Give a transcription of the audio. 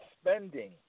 spending